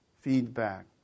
feedback